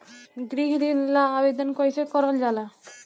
गृह ऋण ला आवेदन कईसे करल जाला?